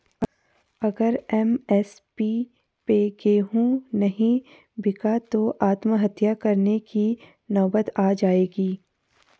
अगर एम.एस.पी पे गेंहू नहीं बिका तो आत्महत्या करने की नौबत आ जाएगी